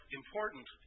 important